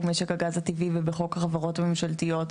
משק הגז הטבעי ובחוק החברות הממשלתיות,